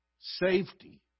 safety